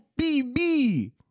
BB